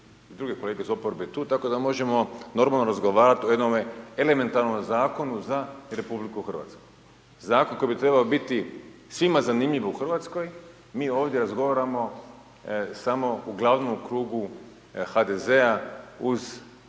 li, druge kolege iz oporbe tu tako da možemo normalno razgovarati o jednome elementarnome zakonu za RH. Zakon koji bi trebao biti svima zanimljiv u Hrvatskoj, mi ovdje razgovaramo samo uglavnom u krugu HDZ-a uz poštovanje